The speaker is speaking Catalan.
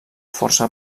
força